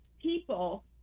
people